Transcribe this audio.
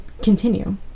continue